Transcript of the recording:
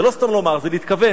זה לא סתם לומר, זה להתכוון.